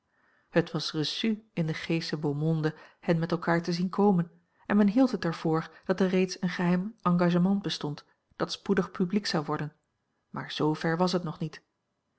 het was reçu in de g sche beau monde hen met elkaar te zien komen en men hield het er voor dat er reeds een geheim engagement bestond dat spoedig publiek zou worden maar z ver was het nog niet